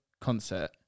concert